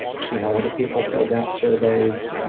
see how other people filled out surveys,